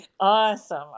Awesome